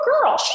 girl